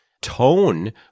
tone